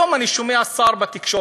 היום אני שומע בתקשורת